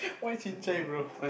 why chin-cai bro